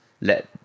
let